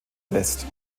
west